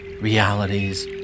realities